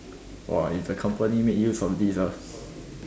!wah! if the company made use of this ah